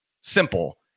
simple